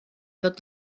ddod